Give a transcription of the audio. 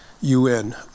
UN